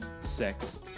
sex